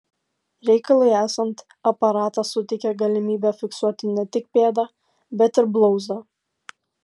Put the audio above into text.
reikalui esant aparatas suteikia galimybę fiksuoti ne tik pėdą bet ir blauzdą